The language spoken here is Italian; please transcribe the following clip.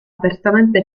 apertamente